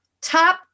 top